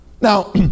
Now